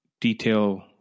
detail